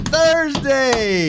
Thursday